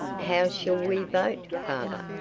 how shall we vote, father?